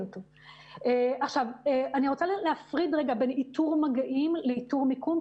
אני רוצה להפריד לרגע בין איתור מגעים לאיתור מיקום,